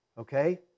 Okay